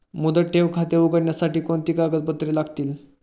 मुदत ठेव खाते उघडण्यासाठी कोणती कागदपत्रे लागतील?